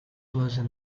version